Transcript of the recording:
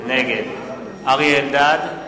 נגד אריה אלדד,